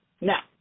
Now